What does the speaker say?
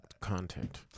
content